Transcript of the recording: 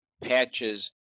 patches